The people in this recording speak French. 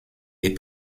est